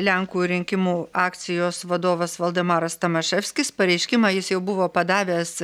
lenkų rinkimų akcijos vadovas valdemaras tomaševskis pareiškimą jis jau buvo padavęs